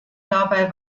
dabei